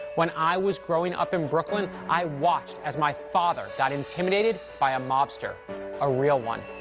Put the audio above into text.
when i was growing up in brooklyn, i watched as my father got intimidated by a mobster a real one.